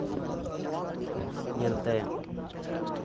ᱧᱮᱞᱛᱮ